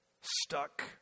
stuck